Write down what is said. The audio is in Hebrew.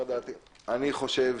אני חושב